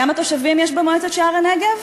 כמה תושבים יש במועצת שער-הנגב?